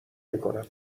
میکنم